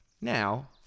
now